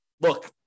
look